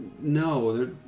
no